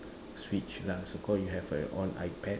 switch lah so called you have a own iPad